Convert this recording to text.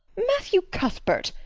matthew cuthbert,